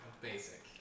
Basic